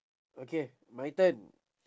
okay my turn